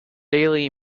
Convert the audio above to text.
daily